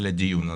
על הדיון הזה.